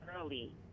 early